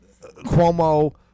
Cuomo